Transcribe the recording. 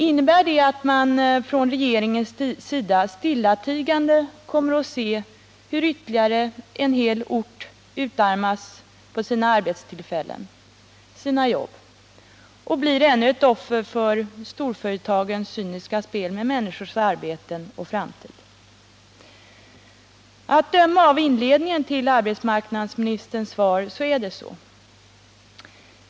Innebär det att man från regeringens sida stillatigande kommer att se hur ytterligare en hel ort utarmas på sina tillfällen till jobb och blir ännu ett offer för storföretagens cyniska spel med människors arbete och framtid? Att döma av inledningen till arbetsmarknadsministerns svar är det så.